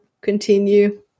continue